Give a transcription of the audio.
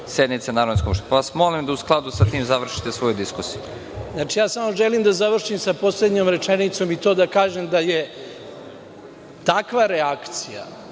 sednice Narodne skupštine, pa vas molim da u skladu sa tim završite svoju diskusiju. **Srđan Šajn** Samo želim da završim sa poslednjom rečenicom, da kažem da je reakcija